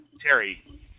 Terry